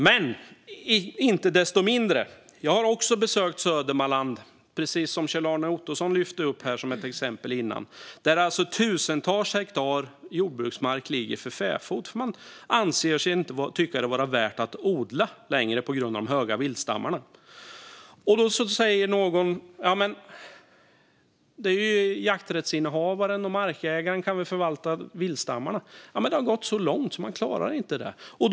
Men inte desto mindre - jag har också besökt Södermanland, som Kjell-Arne Ottosson lyfte upp som ett exempel tidigare, där tusentals hektar jordbruksmark ligger för fäfot, för man anser det inte längre vara värt att odla på grund av de stora viltstammarna. Då säger någon: Men jakträttsinnehavaren och markägaren kan väl förvalta viltstammarna? Men det har gått så långt att de inte klarar det.